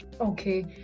Okay